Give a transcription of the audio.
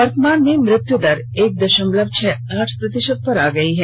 वर्तमान में मृत्यु दर एक दशमलव छह आठ प्रतिशत पर आ गई है